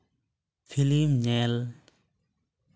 film ᱧᱮᱞ